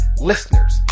Listeners